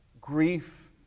grief